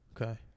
Okay